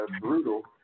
brutal